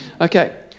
Okay